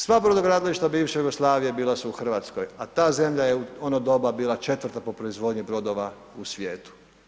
Sva brodogradilišta bivše Jugoslavije, bila su u Hrvatskoj, a ta zemlja je u ono doba bila 4. po proizvodnji brodova u svijetu.